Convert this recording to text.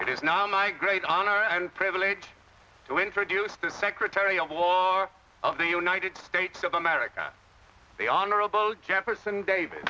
it is now my great honor and privilege to introduce the secretary of war of the united states of america the honorable jefferson davi